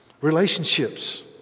Relationships